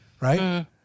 right